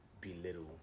belittle